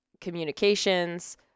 communications